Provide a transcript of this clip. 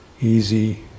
easy